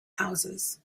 houses